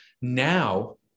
now